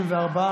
34,